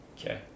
okay